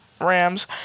Rams